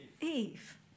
Eve